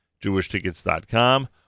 jewishtickets.com